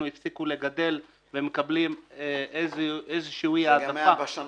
הפסיקו לגדל והם מקבלים --- זה היה גם בשנה